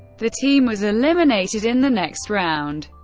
the team was eliminated in the next round,